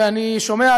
ואני שומע,